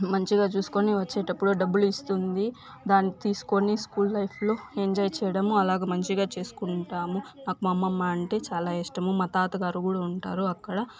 మంచిగా చూసుకొని వచ్చేటప్పుడు డబ్బులు ఇస్తుంది దాన్ని తీసుకొని స్కూల్ లైఫ్లో ఎంజాయ్ చేయడము అలాగా మంచిగా చూసుకుంటాము నాకు మా అమ్మమ్మ అంటే చాలా ఇష్టము మా తాతగారు కూడా ఉంటారు అక్కడ